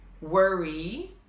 worry